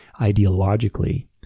ideologically